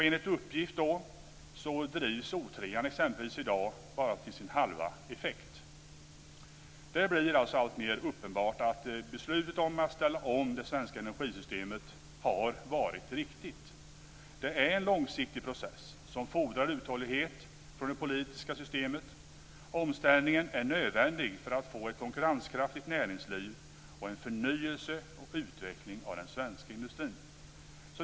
Enligt uppgift drivs exempelvis Oskarshamn 3 i dag till bara halva sin effekt. Det blir alltså alltmer uppenbart att beslutet om att ställa om det svenska energisystemet har varit riktigt. Det är en långsiktig process som fordrar uthållighet av det politiska systemet. Omställningen är nödvändig för att få ett konkurrenskraftigt näringsliv och en förnyelse och utveckling av den svenska industrin.